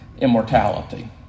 immortality